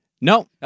No